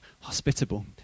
hospitable